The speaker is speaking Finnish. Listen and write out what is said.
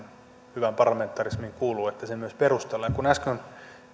hyvään parlamentarismiin kuuluu että se mitä täällä salissa sanotaan myös perustellaan niin kun äsken